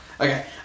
okay